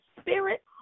spirit